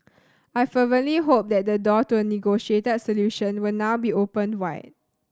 I fervently hope that the door to a negotiated solution will now be opened wide